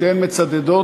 שתיהן מצדדות,